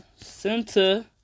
Center